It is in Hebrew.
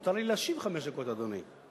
מותר לי להשיב חמש דקות, אדוני.